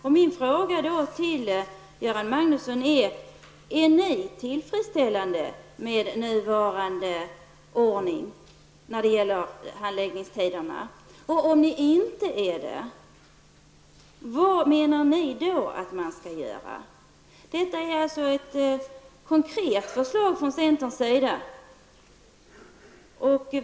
Är ni socialdemokrater tillfredsställda med nuvarande ordning när det gäller handläggningstiderna? Om ni inte är det, vad menar ni då att man skall göra? Detta är ett konkret förslag från centerns sida.